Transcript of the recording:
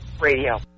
radio